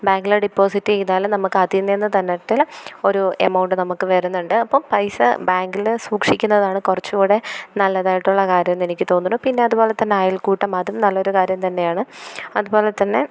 ബാങ്കില് ഡിപോസിറ്റെയ്താലും നമുക്കതിൽ നിന്ന് തന്നിട്ട് ഒരു എമൗണ്ട് നമുക്ക് വരുന്നുണ്ട് അപ്പോള് പൈസ ബാങ്കില് സൂക്ഷിക്കുന്നതാണ് കുറച്ചൂടെ നല്ലതായിട്ടുള്ള കാര്യമെന്ന് എനിക്ക് തോന്നണു പിന്നെ അതുപോലെ തന്നെ അയൽക്കൂട്ടം അതും നല്ലൊരു കാര്യം തന്നെയാണ് അതുപോലെ തന്നെ